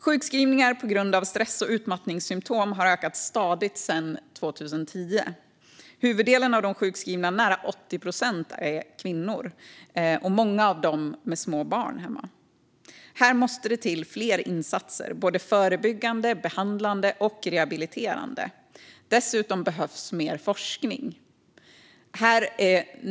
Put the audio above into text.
Sjukskrivningar på grund av stress och utmattningssymtom har ökat stadigt sedan 2010. Huvuddelen av de sjukskrivna, nära 80 procent, är kvinnor, många med små barn. Här måste det till fler insatser, både förebyggande, behandlande och rehabiliterande. Dessutom behövs mer forskning.